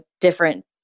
different